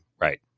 Right